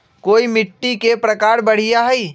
कोन मिट्टी के प्रकार बढ़िया हई?